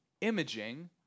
imaging